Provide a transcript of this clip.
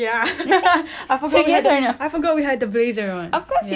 ya but for my school we call it um have to